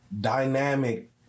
dynamic